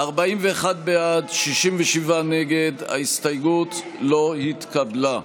בעד, 43, נגד, 66. ההסתייגות לא התקבלה.